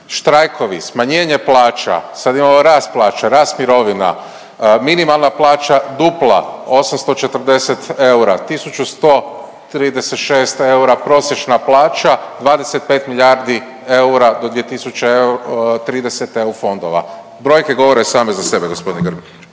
Štrajkovi, smanjenje plaća, sad imamo rast plaća, rast mirovina, minimalna plaća dupla, 840 eura, 1136 eura prosječna plaća, 25 milijardi eura do 2030 EU fondova. Brojke govore same za sebe, g. Grbin.